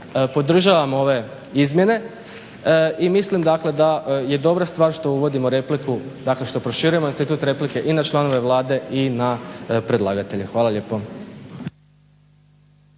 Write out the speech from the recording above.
podržavam ove izmjene i mislim dakle da je dobra stvar što uvodimo repliku, dakle što proširujemo institut replike i na članove Vlade i na predlagatelje. Hvala lijepo.